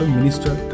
Minister